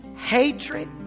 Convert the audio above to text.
Hatred